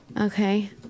Okay